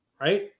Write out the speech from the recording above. right